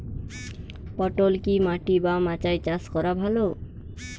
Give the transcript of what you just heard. পটল কি মাটি বা মাচায় চাষ করা ভালো?